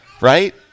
right